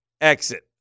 exit